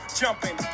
jumping